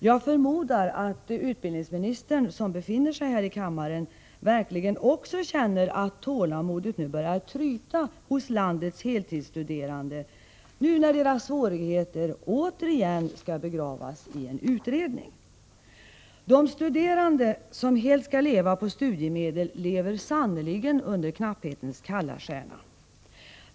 Jag förmodar att utbildningsministern, som befinner sig här i kammaren, verkligen också känner att tålamodet börjar tryta hos landets heltidsstuderande, nu när deras svårigheter återigen skall begravas i en utredning. De studerande som helt skall leva på studiemedel lever sannerligen under knapphetens kalla stjärna.